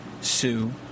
Sue